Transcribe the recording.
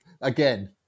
Again